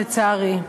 לצערי.